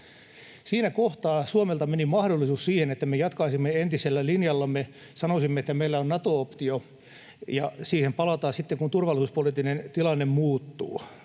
Siinä kohtaa Suomelta meni mahdollisuus siihen, että me jatkaisimme entisellä linjallamme, sanoisimme, että meillä on Nato-optio ja siihen palataan sitten, kun turvallisuuspoliittinen tilanne muuttuu.